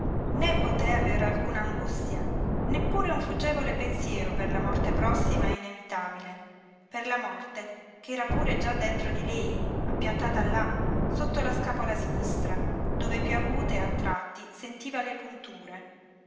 né poté avere alcuna angustia neppure un fuggevole pensiero per la morte prossima e inevitabile per la morte ch'era pure già dentro di lei appiattata là sotto la scapola sinistra dove piú acute a tratti sentiva le punture